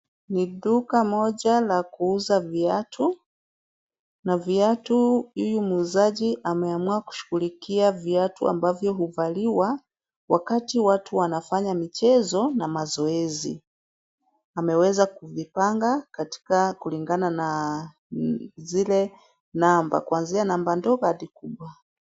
Ni duka moja la kuuza viatu na viatu huyu muuzaji ameamua kushughulikia viatu ambavyo huvaliwa wakati watu wanafanya michezo na mazoezi. Ameweza kuvipanga katika kulingana na zile namba, kwanzia namba ndogo adi kubwa.